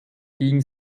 ging